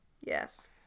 Yes